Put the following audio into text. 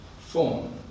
form